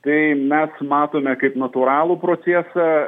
tai mes matome kaip natūralų procesą